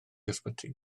ysbyty